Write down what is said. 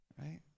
Right